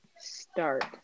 start